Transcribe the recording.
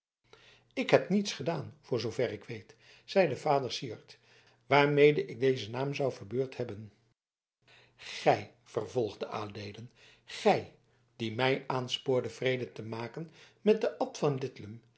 ik heb niets gedaan voor zooverre ik weet zeide vader syard waarmede ik dezen naam zou verbeurd hebben gij vervolgde adeelen gij die mij aanspoordet vrede te maken met den abt van lidlum